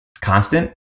constant